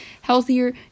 healthier